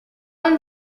and